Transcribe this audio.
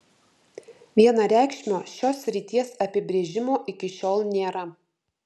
vienareikšmio šios srities apibrėžimo iki šiol nėra